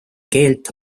keelt